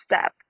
step